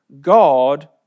God